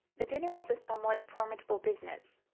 the dinner was a somewhat formidable business.